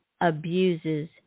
abuses